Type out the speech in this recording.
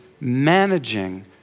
managing